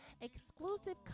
exclusive